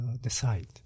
decide